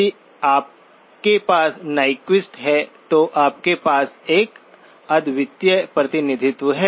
यदि आपके पास न्यक्विस्ट है तो आपके पास एक अद्वितीय प्रतिनिधित्व है